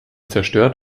zerstört